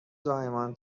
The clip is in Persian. زایمان